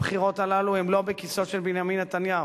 הבחירות הללו הן לא בכיסו של בנימין נתניהו.